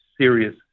serious